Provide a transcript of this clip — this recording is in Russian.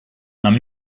нам